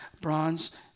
bronze